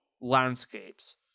landscapes